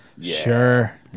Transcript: Sure